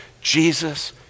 Jesus